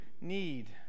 need